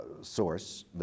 source